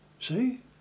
See